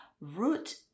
Root